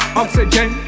oxygen